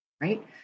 Right